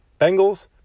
Bengals